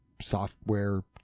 software